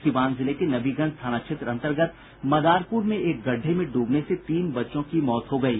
सीवान जिले के नबीगंज थाना क्षेत्र अंतर्गत मदारपुर में एक गड्ढे में डूबने से तीन बच्चों की मौत हो गयी